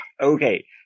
Okay